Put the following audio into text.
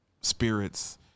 spirits